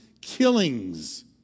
killings